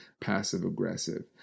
passive-aggressive